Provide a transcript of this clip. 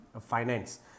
finance